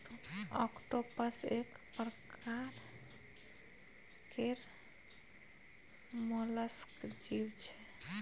octopus एक परकार केर मोलस्क जीव छै